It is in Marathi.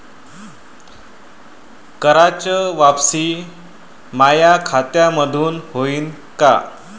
कराच वापसी माया खात्यामंधून होईन का?